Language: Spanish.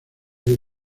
aire